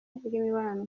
bw’imibonano